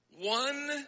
One